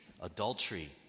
adultery